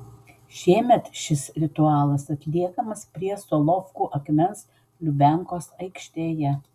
šiemet šis ritualas atliekamas prie solovkų akmens lubiankos aikštėje